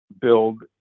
build